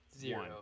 Zero